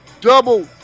double